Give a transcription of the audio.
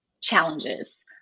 challenges